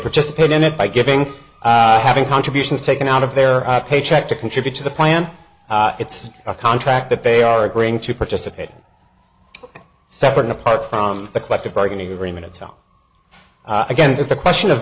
participate in it by giving having contributions taken out of their paycheck to contribute to the plan it's a contract that they are agreeing to participate separate and apart from the collective bargaining agreement itself again it's a question of